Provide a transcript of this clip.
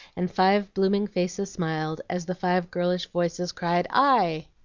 and five blooming faces smiled as the five girlish voices cried, aye!